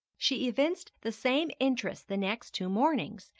she evinced the same interest the next two mornings,